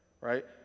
right